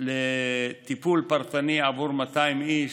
לטיפול פרטני בעבור 200 איש,